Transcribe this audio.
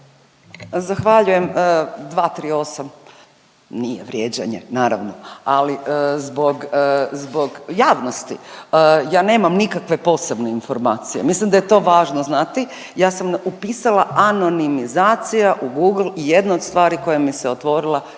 Zahvaljujem. 238. Nije vrijeđanje naravno ali zbog, zbog javnosti ja nemam nikakve posebne informacije, mislim da je to važno znati, ja sam upisala anonimizacija u Google i jedna od stvari koja mi se otvorila